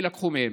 יילקחו מהם.